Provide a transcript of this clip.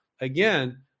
again